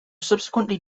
subsequently